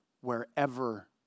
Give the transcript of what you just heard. wherever